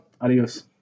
Adios